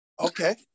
Okay